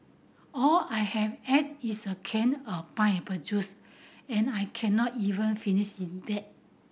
all I have had is a can of pineapple juice and I can not even finish that